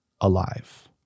alive